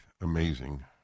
amazing